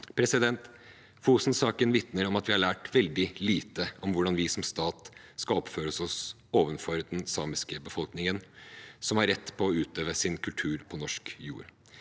etterkommes. Fosen-saken vitner om at vi har lært veldig lite om hvordan vi som stat skal oppføre oss overfor den samiske befolkningen, som har rett til å utøve sin kultur på norsk jord.